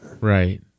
Right